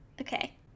Okay